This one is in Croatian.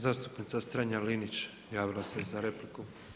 Zastupnica Strenja Linić, javila se za repliku.